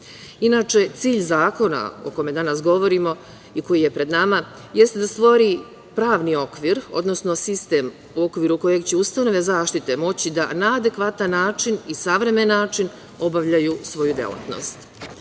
cilj zakona o kojem danas govorimo i koji je pred nama jeste da stvori pravni okvir, odnosno sistem u okviru kojeg će ustanove zaštite moći da na adekvatan način i savremen način obavljaju svoju delatnost.